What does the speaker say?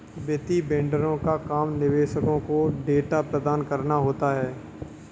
वित्तीय वेंडरों का काम निवेशकों को डेटा प्रदान कराना होता है